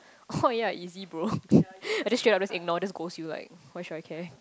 oh ya easy bro I just straight up just ignore just ghost you like why should I care